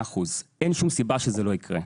אין שום סיבה שזה לא יקרה.